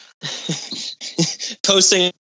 posting